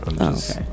Okay